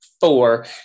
four